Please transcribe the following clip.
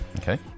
Okay